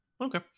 Okay